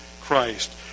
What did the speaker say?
Christ